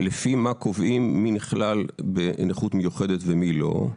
לפי מה קובעים מי נכלל בנכות מיוחדת ומי לא?